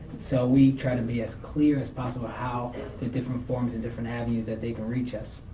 so we try to be as clear as possible, how the different forms of different avenues that they can reach us.